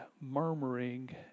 murmuring